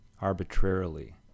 arbitrarily